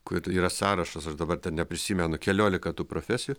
kur yra sąrašas aš dabar ten neprisimenu keliolika tų profesijų